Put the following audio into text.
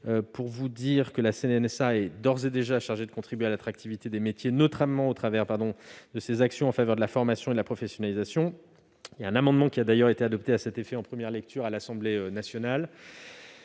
universités. La CNSA est d'ores et déjà chargée de contribuer à l'attractivité des métiers, en particulier par ses actions en faveur de la formation et de la professionnalisation. Un amendement a été adopté à cet effet en première lecture à l'Assemblée nationale.